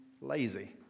lazy